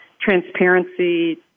transparency